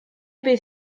bydd